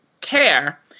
care